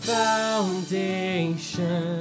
foundation